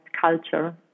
culture